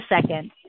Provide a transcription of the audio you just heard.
second